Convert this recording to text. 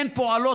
הן פועלות,